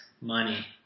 Money